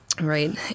right